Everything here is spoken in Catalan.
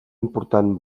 important